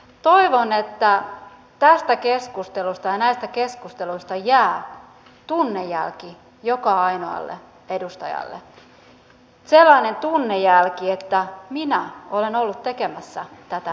toivon että tästä keskustelusta ja näistä keskusteluista jää tunnejälki joka ainoalle edustajalle sellainen tunnejälki että on ollut tekemässä tätä päätöstä